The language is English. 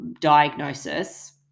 diagnosis